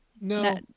No